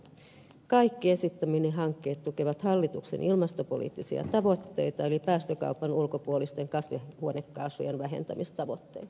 kaikki esittämäni hankkeet tukevat hallituksen ilmastopoliittisia tavoitteita eli päästökaupan ulkopuolisten kasvihuonekaasujen vähentämistavoitteita